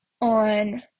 on